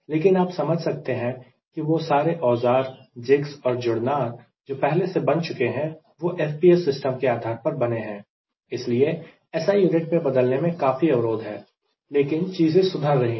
लेकिन आप समझ सकते हैं कि वह सारे औजार जिग्स और जुड़नार जो पहले से बन चुके हैं वह FPS सिस्टम के आधार पर बने हैं इसलिए SI यूनिट में बदलने में काफी अवरोध है लेकिन चीजें सुधर रही है